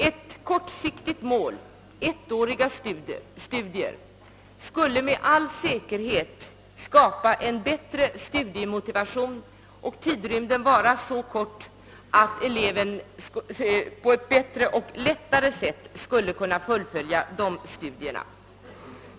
Ett kortsiktigt mål, ettåriga studier, skulle med all säkerhet skapa en bättre studiemöotivation: Genom att tidrymden är så kort skulle eleven på ett bättre och lättare sätt "kunna fullfölja påbörjade studier.